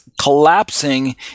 collapsing